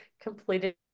completed